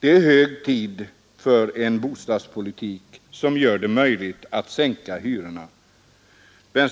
Det är hög tid för en bostadspolitik som gör det möjligt att sänka hyrorna. Fru